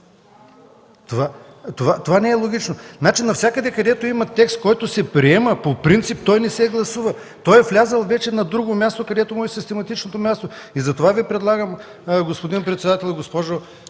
Това не е логично. Навсякъде, където има текст, който се приема по принцип, той не се гласува – влязъл е вече на друго място, където му е систематичното място! Затова Ви предлагам, господин председател, госпожо